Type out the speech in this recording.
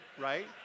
right